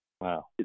Wow